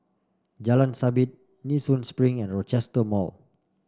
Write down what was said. Jalan Sabit Nee Soon Spring and Rochester Mall